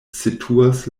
situas